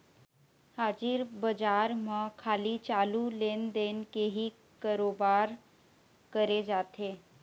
हाजिर बजार म खाली चालू लेन देन के ही करोबार करे जाथे